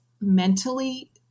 mentally